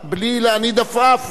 ולא חשוב מאיזו מפלגה הוא,